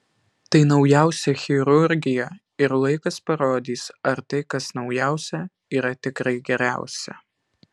tai naujausia chirurgija ir laikas parodys ar tai kas naujausia yra tikrai geriausia